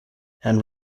and